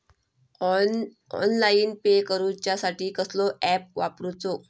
Online pay करूचा साठी कसलो ऍप वापरूचो?